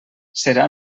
serà